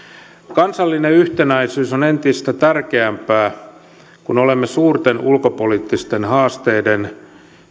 kansallinen yhtenäisyys on entistä tärkeämpää kun olemme suurten ulkopoliittisten haasteiden